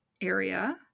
area